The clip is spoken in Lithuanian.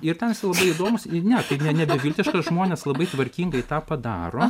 ir ten esi labai įdomus ne tai nebeviltiška žmonės labai tvarkingai tą padaro